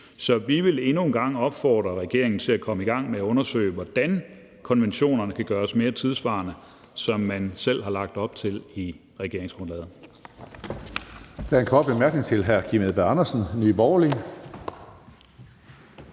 Så vi vil endnu en gang opfordre regeringen til at komme i gang med at undersøge, hvordan konventionerne kan gøres mere tidssvarende, som man selv har lagt op til i regeringsgrundlaget.